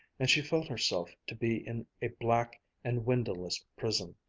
and she felt herself to be in a black and windowless prison,